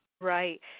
Right